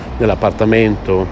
nell'appartamento